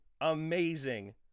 amazing